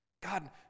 God